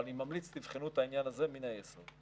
אבל אני ממליץ שתבחנו את העניין הזה מן היסוד.